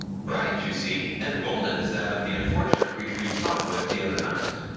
bright you see, and golden as that of the unfortunate creature you talked with the other night.